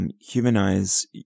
Humanize